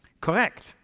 Correct